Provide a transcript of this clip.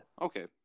Okay